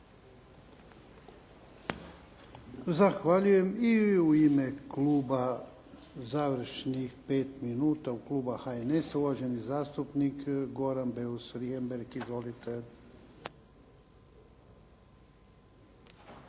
Zahvaljujem. I u ime kluba završnih 5 minuta, kluba HNS-a, uvaženi zastupnik Goran Beus Richembergh. Izvolite.